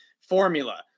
formula